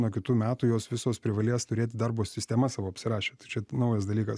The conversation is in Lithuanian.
nuo kitų metų jos visos privalės turėti darbo sistemas savo apsirašę tai čia naujas dalykas